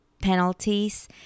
penalties